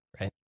Right